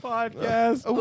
Podcast